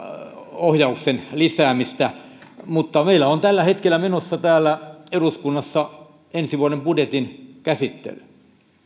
ohjauksen lisäämistä meillä on tällä hetkellä menossa täällä eduskunnassa ensi vuoden budjetin käsittely